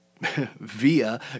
via